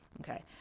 Okay